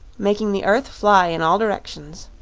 making the earth fly in all directions.